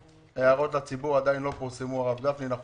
הערות לציבור עדיין לא פורסמו נכון